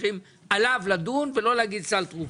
צריכים עליו לדון ולא להגיד סל תרופות,